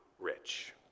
rich